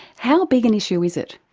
how big an issue is it?